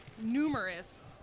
numerous